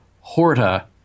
Horta